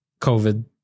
covid